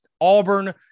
Auburn